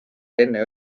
enne